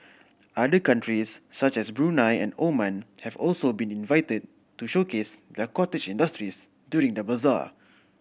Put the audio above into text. other countries such as Brunei and Oman have also been invited to showcase their cottage industries during the bazaar